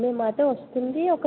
okay